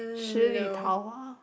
十里桃花